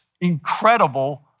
incredible